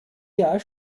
jahr